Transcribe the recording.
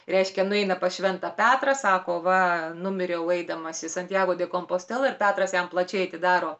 reiškia nueina pas šventą petrą sako va numiriau eidamas į santjago de kompostelą ir petras jam plačiai atidaro